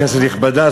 כנסת נכבדה,